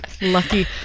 Lucky